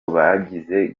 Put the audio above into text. bagize